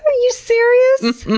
you serious?